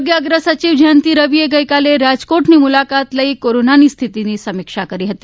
આરોગ્ય અગ્ર સચિવ જયંતી રવિએ ગઇકાલે રાજકોટની મુલાકાત લઈ કોરોનાની સ્થિતિની સમીક્ષા કરી હતી